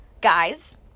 Guys